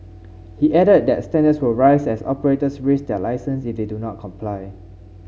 he added that standards will rise as operators risk their licence if they do not comply